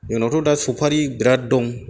जोंनियावथ' दा सफारि बिराद दं